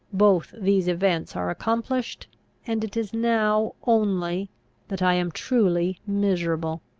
both these events are accomplished and it is now only that i am truly miserable.